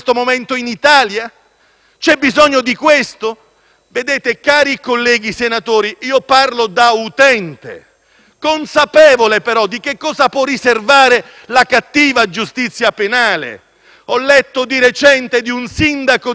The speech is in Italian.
C'è bisogno di ciò? Cari colleghi senatori, io parlo da utente, consapevole però di che cosa può riservare la cattiva giustizia penale. Ho letto di recente di un sindaco di Castellaneta